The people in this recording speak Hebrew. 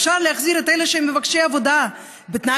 אפשר להחזיר את אלה שהם מבקשי עבודה בתנאי